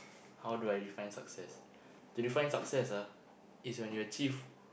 how do I define success to define success ah is when you achieve